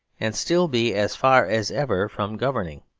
and still be as far as ever from governing.